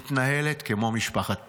מתנהלת כמו משפחת פשע.